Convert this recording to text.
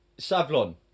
Savlon